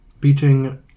beating